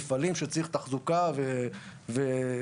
מפעלים שצריכים תחזוקה וטיפול.